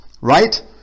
right